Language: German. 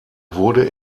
wurde